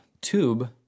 tube